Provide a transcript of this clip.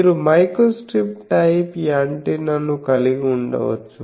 మీరు microstrip type యాంటెన్నాను కలిగి ఉండవచ్చు